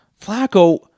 Flacco